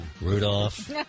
Rudolph